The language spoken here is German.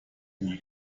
nie